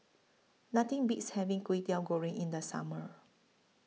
Nothing Beats having Kwetiau Goreng in The Summer